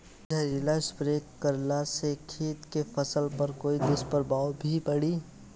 जहरीला स्प्रे करला से खेत के फसल पर कोई दुष्प्रभाव भी पड़ी?